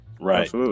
Right